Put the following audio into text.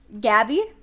Gabby